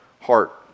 heart